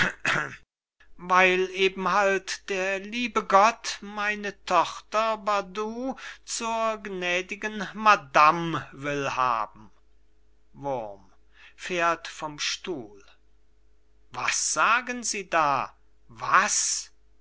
weil eben halt der liebe gott meine tochter barrdu zur gnädigen madam will haben wurm fährt vom stuhl was sagen sie da was